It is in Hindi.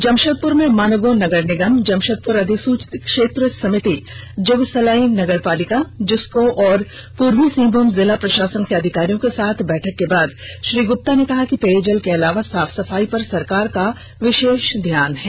जमषेदपुर में मानगो नगर निगम जमशेदपुर अधिसूचित क्षेत्र समिति जुगसलाई नगरपालिका जुस्को और पूर्वी सिंहभूम जिला प्रशासन के अधिकारियों के साथ बैठक के बाद श्री गुप्ता ने कहा कि पेयजल के अलावा साफ सफाई पर सरकार का विषेष ध्यान है